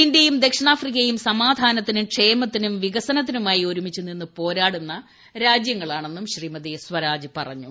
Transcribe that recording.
ഇന്ത്യയും ദക്ഷിണാഫ്രിക്കയും സമാധാനത്തിനും ക്ഷേമത്തിനും വികസനത്തിനുമായി ഒരുമിച്ച് നിന്ന് പോരാടുന്ന രാജ്യങ്ങളാണെന്നും ശ്രീമതി സുഷമ സ്വരാജ് പറഞ്ഞു